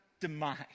demise